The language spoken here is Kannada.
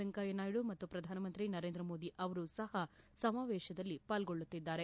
ವೆಂಕಯ್ಥನಾಯ್ಡು ಮತ್ತು ಪ್ರಧಾನಮಂತ್ರಿ ನರೇಂದ್ರ ಮೋದಿ ಅವರೂ ಸಹ ಸಮಾವೇಶದಲ್ಲಿ ಪಾಲ್ಗೊಳ್ಳುತ್ತಿದ್ದಾರೆ